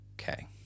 okay